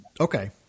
Okay